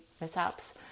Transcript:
mishaps